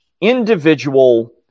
individual